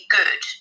good